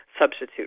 substitute